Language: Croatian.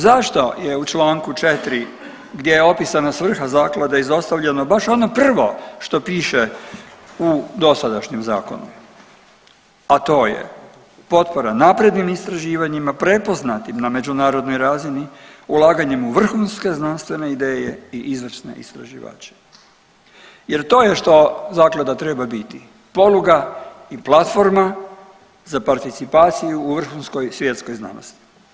Zašto je u Članku 4. gdje opisana svrha zaklade izostavljeno baš ono prvo što piše u dosadašnjem zakonu, a to je potpora naprednim istraživanjima prepoznatim na međunarodnoj razini ulaganjem u vrhunske znanstvene ideje i izvrsne istraživače jer to je što zaklada treba biti poluga i platforma za participaciju u vrhunskoj svjetskoj znanosti.